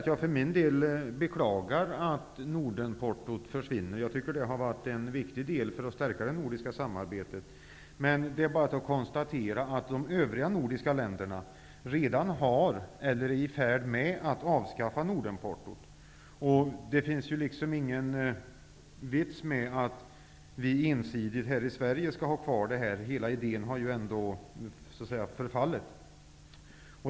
Jag beklagar att Nordenportot försvinner. Jag tycker att det har varit en viktig del i att stärka det nordiska samarbetet. Men det är bara att konstatera att de övriga nordiska länderna redan har eller är i färd med att avskaffa Nordenportot. Det är ju ingen vits med att vi ensidigt här i Sverige skall ha kvar detta. Hela idén har ju förfallit.